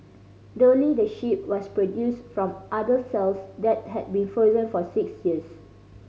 Dolly the sheep was produced from udder cells that had been frozen for six years